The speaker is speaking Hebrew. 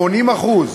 80%